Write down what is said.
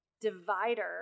divider